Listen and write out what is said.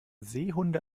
seehunde